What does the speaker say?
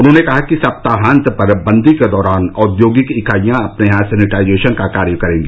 उन्होंने कहा कि सप्ताहांत पर बंदी के दौरान औद्योगिक इकाईयां अपने यहां सैनिटाइजेशन का कार्य करेंगी